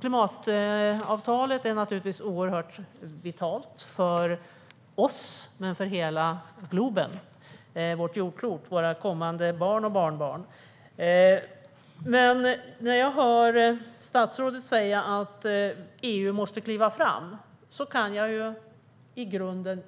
Klimatavtalet är oerhört vitalt för oss och för hela globen, vårt jordklot, och för våra barn och barnbarn. När jag hör statsrådet säga att EU måste kliva fram instämmer jag i grunden.